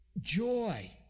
joy